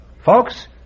Folks